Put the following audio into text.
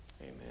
Amen